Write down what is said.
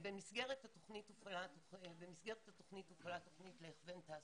במסגרת התוכנית הופעלה תוכנית להכוון תעסוקתי.